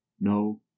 no